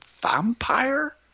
vampire